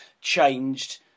changed